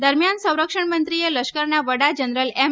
દરમિયાન સંરક્ષણ મંત્રીએ લશ્કરના વડા જનરલ એમ